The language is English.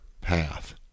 path